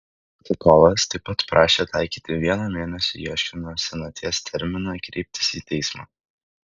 atsakovas taip pat prašė taikyti vieno mėnesio ieškinio senaties terminą kreiptis į teismą